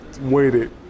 waited